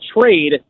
trade